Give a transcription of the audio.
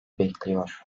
bekliyor